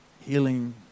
healing